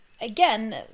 again